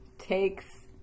Takes